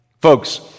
Folks